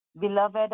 beloved